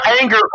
anger